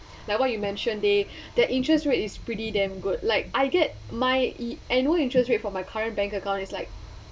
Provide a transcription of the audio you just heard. like what you mentioned they their interest rate is pretty damn good like I get my i~ annual interest rate for my current bank account is like